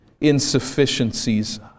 insufficiencies